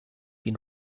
been